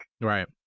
Right